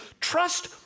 trust